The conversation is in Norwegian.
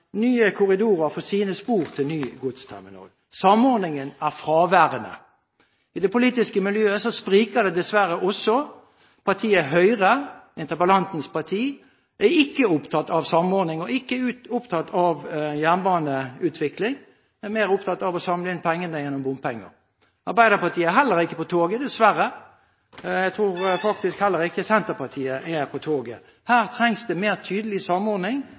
nye korridorer til sine spor til godsterminalen. Samordningen er fraværende. I det politiske miljøet spriker det dessverre også. Partiet Høyre – interpellantens parti – er ikke opptatt av samordning og ikke opptatt av jernbaneutvikling. De er mer opptatt av å samle inn penger gjennom bompenger. Arbeiderpartiet er heller ikke på toget – dessverre. Jeg tror faktisk heller ikke Senterpartiet er på toget. Her trengs det mer tydelig samordning.